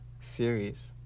series